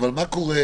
אבל מה קורה,